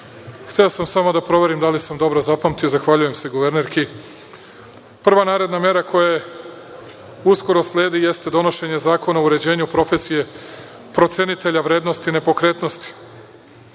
hteo sam samo da proverim da li sam dobro zapamtio. Zahvaljujem se guvernerki. Prva naredna mera koja uskoro sledi jeste donošenje zakona o uređenju profesije procenitelja vrednosti nepokretnosti.